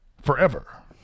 forever